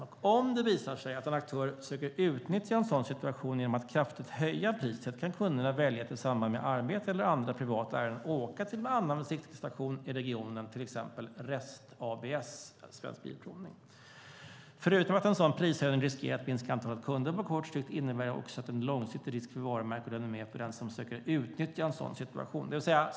Om det visar sig att en aktör försöker utnyttja en sådan situation genom att kraftigt höja priset kan kunderna välja att i samband med arbete eller andra privata ärenden åka till en annan besiktningsstation i regionen, till exempel Svensk Bilprovning. Förutom att en sådan prishöjning riskerar att minska antalet kunder på kort sikt innebär det också en långsiktig risk för varumärke och renommé för den som söker utnyttja en sådan situation.